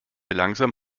langsam